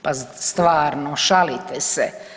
Pa stvarno, šalite se.